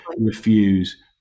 refuse